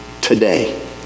today